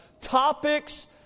topics